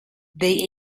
they